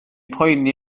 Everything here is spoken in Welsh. poeni